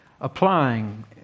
applying